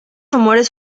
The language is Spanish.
rumores